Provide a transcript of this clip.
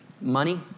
Money